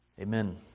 Amen